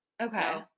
Okay